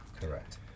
Correct